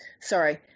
Sorry